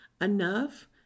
enough